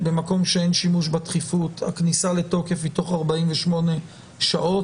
במקום שאין שימוש בדחיפות הכניסה לתוקף היא תוף 48 שעות.